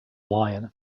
lion